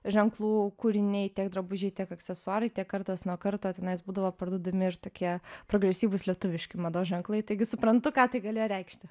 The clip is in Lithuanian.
ženklų kūriniai tiek drabužiai tiek aksesuarai tiek kartas nuo karto tenais būdavo parduodami ir tokie progresyvūs lietuviški mados ženklai taigi suprantu ką tai galėjo reikšti